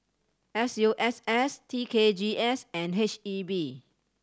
S U S S T K G S and H E B